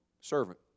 servant